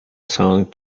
song